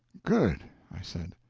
good! i said.